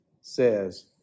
says